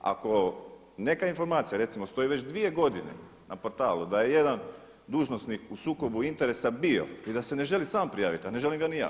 Ako neka informacija recimo stoji već dvije godine na portalu da je jedan dužnosnik u sukobu interesa bio i da se ne želi sam prijaviti, a ne želim ga ni ja.